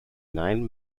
nine